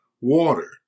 water